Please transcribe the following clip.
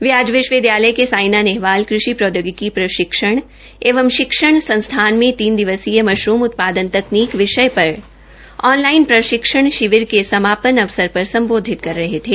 वे आज विश्वविदयालय के साइना नेहवाल कृषि प्रौद्योगिकी प्रशिक्षण एवं संस्थान में तीन दिवसीय मशरूम उत्पादन तकनीक विषय पर ऑन लाइन शिविर के समापन अवसर पर सम्बोधित कर रहे थे